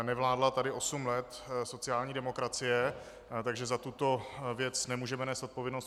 Nevládla tady osm let sociální demokracie, takže za tuto věc nemůžeme nést odpovědnost.